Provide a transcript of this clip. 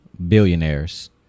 billionaires